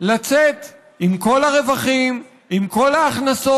לצאת עם כל הרווחים, עם כל ההכנסות,